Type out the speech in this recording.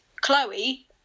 chloe